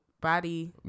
body